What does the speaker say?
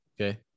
Okay